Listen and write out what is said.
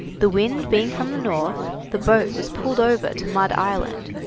the wind being from the north, the boat was pulled over to mud island,